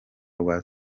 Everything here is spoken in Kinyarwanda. rwa